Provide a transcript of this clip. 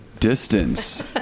Distance